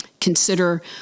consider